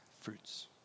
fruits